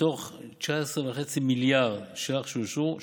מתוך 19.5 מיליארד שקלים שאושרו,